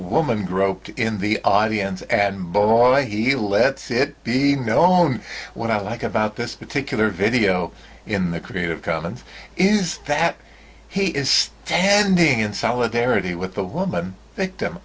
woman groped in the audience and boy he lets it be known what i like about this particular video in the creative commons is that he is standing in solidarity with the woman